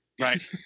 right